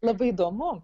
labai įdomu